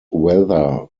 weather